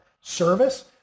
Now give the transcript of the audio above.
service